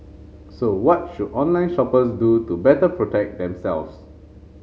so what should online shoppers do to better protect themselves